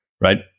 Right